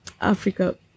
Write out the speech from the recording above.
Africa